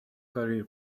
career